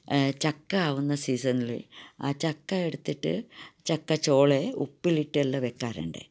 ചക്ക ആവുന്ന സീസണിൽ ആ ചക്ക എടുത്തിട്ട് ചക്ക ചുള ഉപ്പിലിട്ടെല്ലാം വെക്കാറുണ്ട്